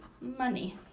money